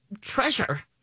treasure